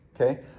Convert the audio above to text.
Okay